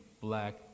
Black